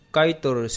Kaitor